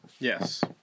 Yes